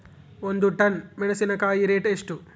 ಒಂದು ಟನ್ ಮೆನೆಸಿನಕಾಯಿ ರೇಟ್ ಎಷ್ಟು?